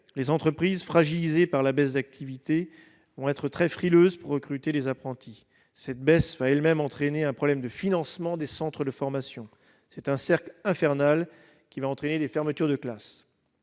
les entreprises, fragilisées par la baisse d'activité, vont être très frileuses pour recruter des apprentis. Cette baisse va elle-même entraîner un problème de financement des centres de formation : c'est un cercle infernal qui va entraîner des fermetures de classes